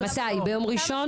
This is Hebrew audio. מתי, ביום ראשון ?